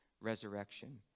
resurrection